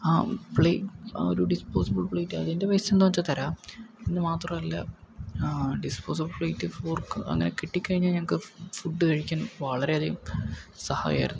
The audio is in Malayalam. ആ പ്ളേ ആ ഒരു ഡിസ്പോസിബിൾ പ്ലേറ്റ് അതിൻ്റെ പൈസ എന്താന്ന് വച്ചാൽ തരാം എന്ന് മാത്രമല്ല ഡിസ്പോസിബിൾ പ്ലേറ്റ് ഫോർക്ക് അങ്ങനെ കിട്ടിക്കഴിഞ്ഞാൽ ഞങ്ങൾക്ക് ഫുഡ് കഴിക്കാൻ വളരെയധികം സഹായായിരുന്നു